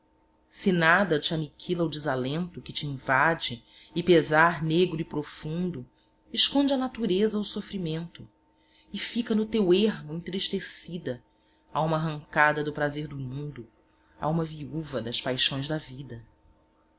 se nada te aniquila o desalento que te invade e pesar negro e profundo esconde à natureza o sofrimento e fica no teu ermo entristecida alma arrancada do prazer do mundo alma viúva das paixões da vida